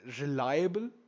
reliable